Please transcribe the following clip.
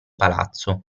palazzo